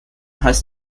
heißt